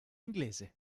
inglese